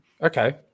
Okay